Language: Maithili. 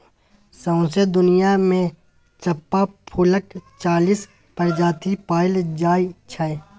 सौंसे दुनियाँ मे चंपा फुलक चालीस प्रजाति पाएल जाइ छै